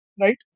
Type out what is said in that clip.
right